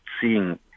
seeing